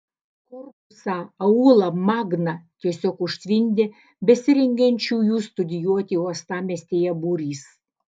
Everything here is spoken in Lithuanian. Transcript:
korpusą aula magna tiesiog užtvindė besirengiančiųjų studijuoti uostamiestyje būrys